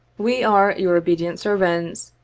we are, your obedient servants,